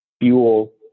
fuel